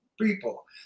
people